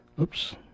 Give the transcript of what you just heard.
Oops